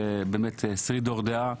שריד דור דעה.